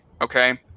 Okay